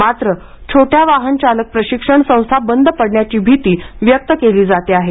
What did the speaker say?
मात्र छोट्या वाहन चालक प्रशिक्षण संस्था बंद पडण्याची भीती व्यक्त केली जात होती